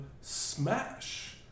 Smash